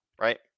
right